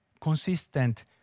consistent